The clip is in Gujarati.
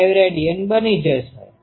045 રેડીયન બની જશે